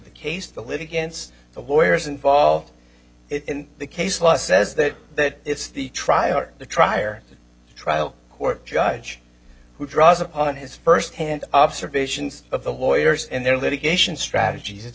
the case the live against the warriors involved in the case law says that it's the trial or the trier trial court judge who draws upon his firsthand observations of the lawyers and their litigation strategies it's